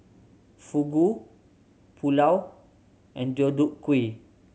Fugu Pulao and Deodeok Gui